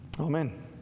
Amen